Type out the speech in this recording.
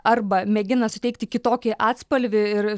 arba mėgina suteikti kitokį atspalvį ir